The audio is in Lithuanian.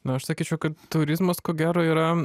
na aš sakyčiau kad turizmas ko gero yra